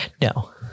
no